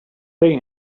say